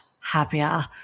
happier